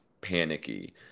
panicky